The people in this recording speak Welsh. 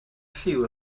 lliw